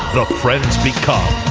friends become,